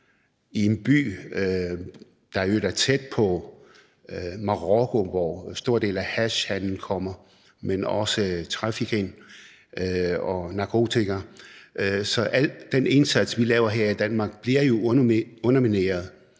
i en by, der i øvrigt er tæt på Marokko, hvorfra store dele af hashhandelen kommer, men også trafficking og narkotika? Så hele den indsats, vi laver her i Danmark, bliver jo undermineret,